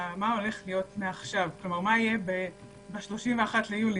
הולך להיות מעכשיו, כלומר מה יהיה ב-31 ביולי.